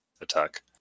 attack